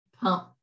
pump